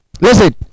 Listen